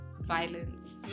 violence